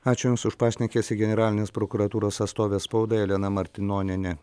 ačiū jums už pašnekesį generalinės prokuratūros atstovė spaudai elena martinonienė